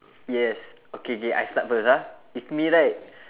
yes okay K I start first ah if me right